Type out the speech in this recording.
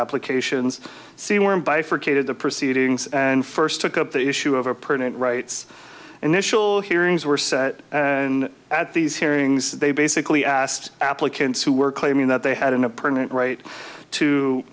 bifurcated the proceedings and first took up the issue of a permanent rights initial hearings were set and at these hearings they basically asked applicants who were claiming that they had in a permanent right to